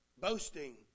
Boasting